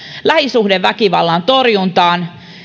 lähisuhdeväkivallan torjuntaan